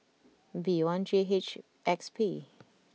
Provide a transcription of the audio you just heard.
B one J H X P